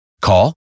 Call